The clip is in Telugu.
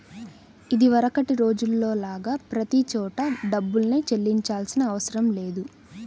ఇదివరకటి రోజుల్లో లాగా ప్రతి చోటా డబ్బుల్నే చెల్లించాల్సిన అవసరం లేదు